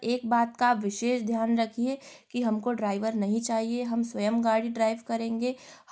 एक बात का विशेष ध्यान रखिए कि हमको ड्राईवर नहीं चाहिए हम स्वयं गाड़ी ड्राइव करेंगे